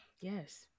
Yes